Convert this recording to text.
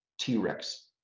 T-Rex